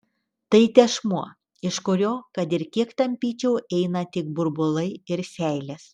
tai tešmuo iš kurio kad ir kiek tampyčiau eina tik burbulai ir seilės